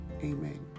Amen